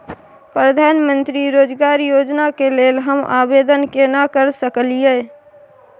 प्रधानमंत्री रोजगार योजना के लेल हम आवेदन केना कर सकलियै?